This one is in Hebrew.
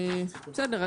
בסדר.